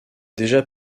déjà